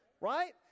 right